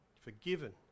forgiven